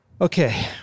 Okay